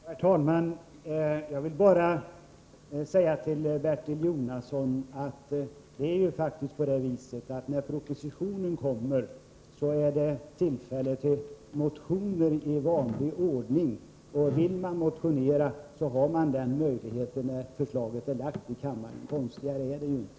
Herr talman! Jag vill bara säga till Bertil Jonasson att det faktiskt förhåller sig så, att det finns tillfälle att motionera i vanlig ordning när propositionen kommer. Vill man motionera finns det alltså möjlighet till detta när förslaget lagts fram i kammaren. Konstigare är det ju inte.